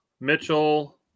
Mitchell